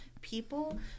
people